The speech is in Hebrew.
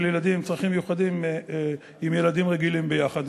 ילדים עם צרכים מיוחדים עם ילדים רגילים יחד.